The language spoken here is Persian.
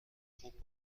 خوب